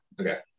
okay